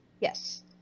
Yes